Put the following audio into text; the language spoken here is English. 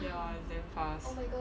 ya is damn fast